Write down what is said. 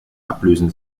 ablösen